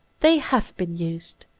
they have been used,